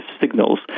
signals